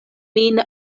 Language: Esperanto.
min